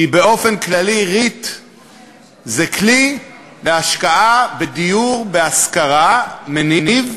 כי באופן כללי ריט זה כלי להשקעה בדיור להשכרה מניב,